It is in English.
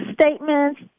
statements